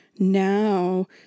Now